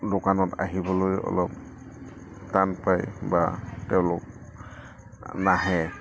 দোকানত আহিবলৈ অলপ টান পায় বা তেওঁলোক নাহে